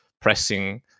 pressing